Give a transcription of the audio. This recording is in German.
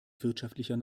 wirtschaftlicher